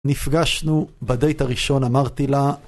נפגשנו... בדייט הראשון, אמרתי לה...